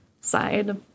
side